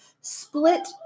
split